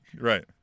Right